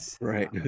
Right